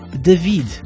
David